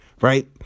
right